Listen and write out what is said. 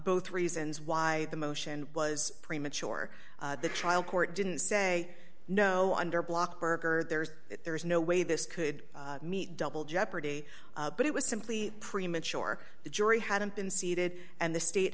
both reasons why the motion was premature the trial court didn't say no under block burker there's there's no way this could meet double jeopardy but it was simply premature the jury hadn't been seated and the state